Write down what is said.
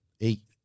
eight